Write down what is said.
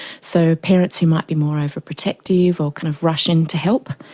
so parents who might be more overprotective or kind of rush in to help,